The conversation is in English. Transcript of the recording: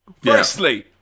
Firstly